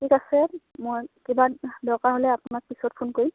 ঠিক আছে মই কিবা দৰকাৰ হ'লে আপোনাক পিছত ফোন কৰিম